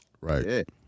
Right